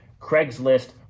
craigslist